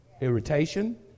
irritation